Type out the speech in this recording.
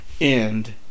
end